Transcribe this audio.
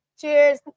Cheers